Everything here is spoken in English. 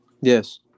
Yes